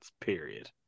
period